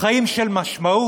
חיים של משמעות,